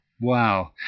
wow